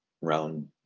round